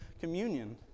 communion